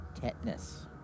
tetanus